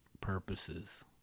purposes